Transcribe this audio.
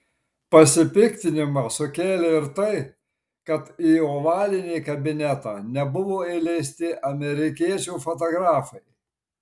pasipiktinimą sukėlė ir tai kad į ovalinį kabinetą nebuvo įleisti amerikiečių fotografai